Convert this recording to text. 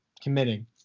committing